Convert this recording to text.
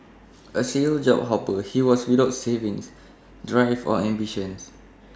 A serial job hopper he was without savings drive or ambitions